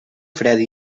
freda